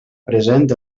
present